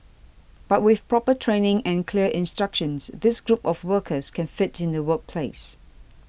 but with proper training and clear instructions this group of workers can fit in the workplace